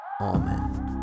Amen